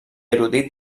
erudit